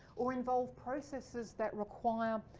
or involve processes that require um